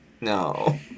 No